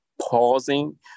pausing